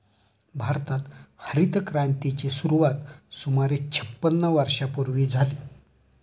भारतात हरितक्रांतीची सुरुवात सुमारे छपन्न वर्षांपूर्वी झाली